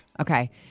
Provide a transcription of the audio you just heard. Okay